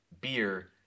beer